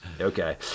okay